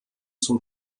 zum